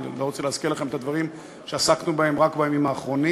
אני גם לא רוצה להזכיר לכם את הדברים שעסקנו בהם רק בימים האחרונים.